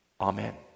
Amen